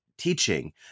teaching